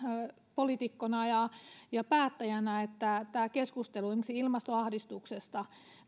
poliitikkona ja päättäjänä siitä että tämä keskustelu esimerkiksi ilmastoahdistuksesta